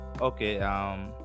okay